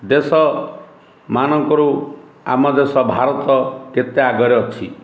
ଦେଶମାନଙ୍କରୁ ଆମ ଦେଶ ଭାରତ କେତେ ଆଗରେ ଅଛି